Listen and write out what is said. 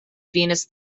venous